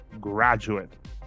graduate